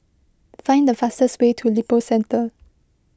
find the fastest way to Lippo Centre